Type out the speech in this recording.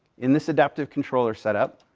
in this adaptive controller set up,